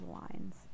lines